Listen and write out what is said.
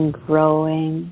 growing